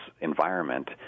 environment